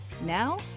Now